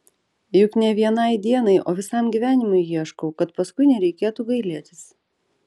juk ne vienai dienai o visam gyvenimui ieškau kad paskui nereikėtų gailėtis